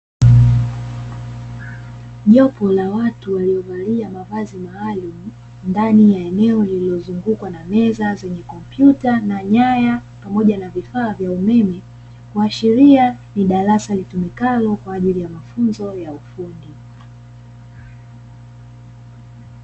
Jopo la watu waliovalia mavazi maalumu ndani ya eneo lililozungukwa na meza zenye kompyuta na nyaya pamoja na vifaa vya umeme, kuashiria ni darasa litumikalo kwa ajili ya mafunzo ya ufundi.